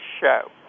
show